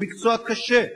והוא מקצוע קשה,